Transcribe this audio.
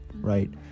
right